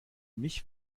mich